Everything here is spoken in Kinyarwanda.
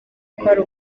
kwari